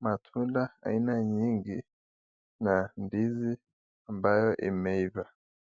matunda aina nyingi na ndizi ambayo imeiva.